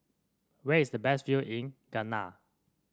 where is the best view in Ghana